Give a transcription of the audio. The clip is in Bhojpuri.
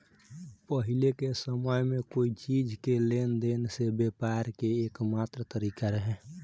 पाहिले के समय में कोई चीज़ के लेन देन से व्यापार के एकमात्र तारिका रहे